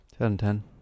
2010